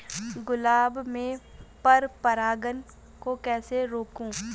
गुलाब में पर परागन को कैसे रोकुं?